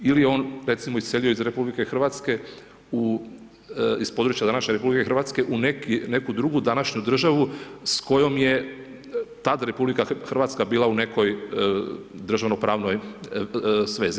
Ili je on recimo iselio ih RH iz područja današnje RH u neku drugu današnju državu s kojom je tad RH bila u nekoj državno pravnoj svezi.